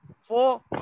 four